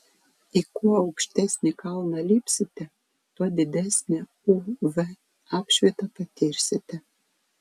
į kuo aukštesnį kalną lipsite tuo didesnę uv apšvitą patirsite